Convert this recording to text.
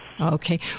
Okay